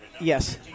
Yes